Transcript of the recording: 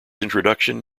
introduction